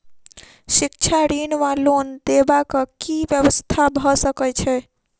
शिक्षा ऋण वा लोन देबाक की व्यवस्था भऽ सकै छै?